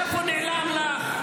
איפה נעלם לך?